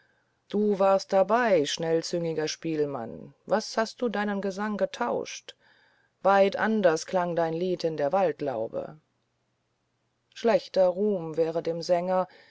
du warst dabei schnellzüngiger spielmann was hast du deinen gesang getauscht weit anders klang dein lied in der waldlaube schlechter ruhm wäre dem sänger